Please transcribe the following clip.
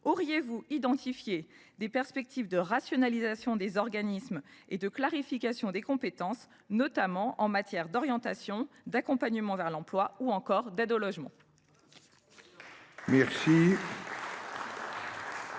avez vous identifié des perspectives de rationalisation des organismes et de clarification des compétences, notamment en matière d’orientation, d’accompagnement vers l’emploi ou encore d’aide au logement ?